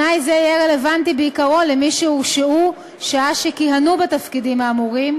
תנאי זה יהיה רלוונטי בעיקרו למי שהורשעו שעה שכיהנו בתפקידים האמורים,